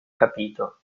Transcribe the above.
capito